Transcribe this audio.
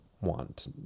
want